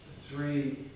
three